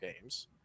games